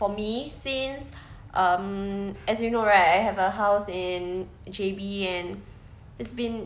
for me since um as you know right I have a house in J_B and it's been